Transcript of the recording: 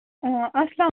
آ اَسلام